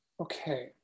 Okay